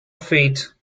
feet